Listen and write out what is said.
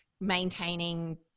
maintaining